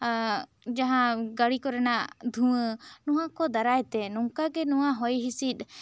ᱡᱟᱦᱟᱸ ᱜᱟᱹᱲᱤ ᱠᱚᱨᱮᱱᱟᱜ ᱫᱷᱩᱣᱟᱹ ᱱᱚᱣᱟ ᱠᱚ ᱫᱟᱨᱟᱭ ᱛᱮ ᱱᱚᱝᱠᱟ ᱜᱮ ᱱᱚᱣᱟ ᱦᱚᱭ ᱦᱤᱥᱤᱫ